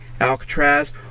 Alcatraz